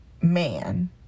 man